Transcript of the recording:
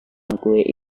kue